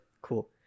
cool